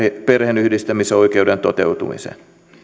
perheenyhdistämisoikeuden toteutumisen